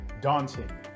daunting